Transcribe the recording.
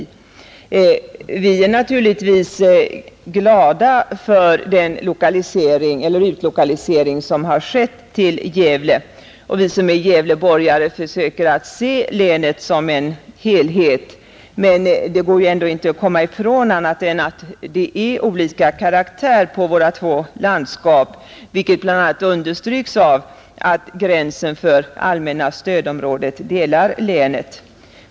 Ja, vi är naturligtvis glada över den utlokalisering som skett i Gävle, men även om vi gävleborgare vill se länet som en helhet, så går det inte att komma ifrån att det är olika karaktär på våra två landskap. Detta understrykes bl.a. av att gränsen för allmänna stödområdet delar länet.